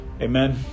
Amen